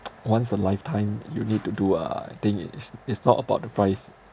once a lifetime you need to do ah I think it is is not about the price